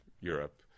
Europe